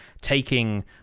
taking